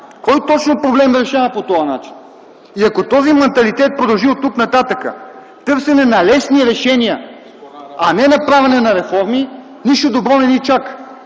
Кой точно проблем решава по този начин? Ако този манталитет продължи оттук нататък – търсене на лесни решения, а не на правене на реформи, нищо добро не ни чака.